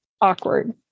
awkward